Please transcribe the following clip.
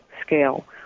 scale